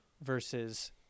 Versus